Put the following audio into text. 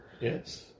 Yes